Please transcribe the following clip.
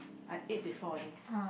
I ate before I think